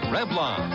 Revlon